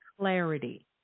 Clarity